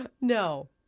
no